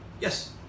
Yes